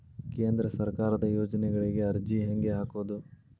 ಕೇಂದ್ರ ಸರ್ಕಾರದ ಯೋಜನೆಗಳಿಗೆ ಅರ್ಜಿ ಹೆಂಗೆ ಹಾಕೋದು?